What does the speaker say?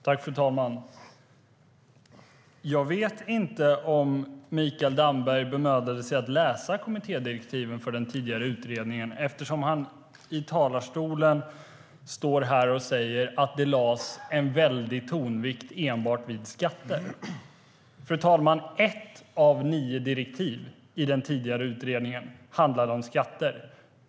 Fru talman! Jag vet inte om Mikael Damberg bemödade sig att läsa kommittédirektiven för den tidigare utredningen eftersom han i talarstolen säger att det lades en tonvikt vid enbart skatter. Ett av nio direktiv, fru talman, i den tidigare utredningen handlade om skatter.